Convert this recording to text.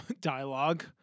Dialogue